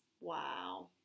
Wow